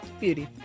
Beauty